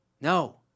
no